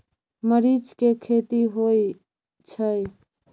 मरीच के खेती होय छय?